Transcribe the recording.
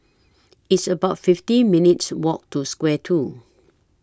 It's about fifty minutes' Walk to Square two